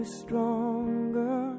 stronger